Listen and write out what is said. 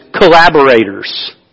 collaborators